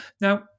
Now